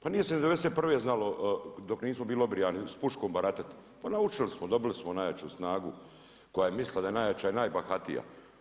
Pa nije se '91. znalo dok nismo bili obrijani s puškom baratati, pa naučili smo, dobili smo najjaču snagu koja je mislila da je najjača i najbahatija.